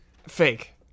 Fake